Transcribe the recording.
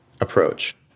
approach